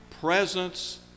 presence